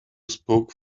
spoke